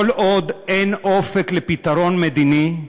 כל עוד אין אופק לפתרון מדיני,